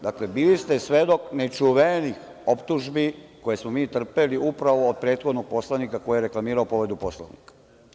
Dakle, bili ste svedok nečuvenih optužbi koje smo trpeli upravo od prethodnog poslanika koji je reklamirao povredu Poslovnika.